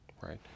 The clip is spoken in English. right